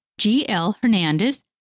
glhernandez